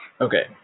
Okay